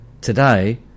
today